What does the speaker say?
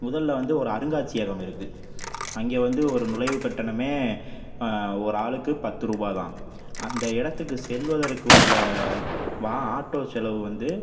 முதல்ல வந்து ஒரு அருங்காட்சியகம் இருக்குது அங்கே வந்து ஒரு நுழைவுக் கட்டணமே ஒரு ஆளுக்குப் பத்து ரூபாய்தான் அந்த இடத்துக்குச் செல்வதற்கு உள்ள வா ஆட்டோ செலவு வந்து